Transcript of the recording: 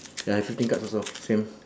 I have fifteen cards also same